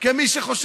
זה מה שיודעים.